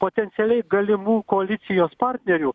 potencialiai galimų koalicijos partnerių